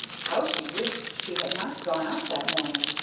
how she wished she had not gone out that morning,